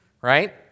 Right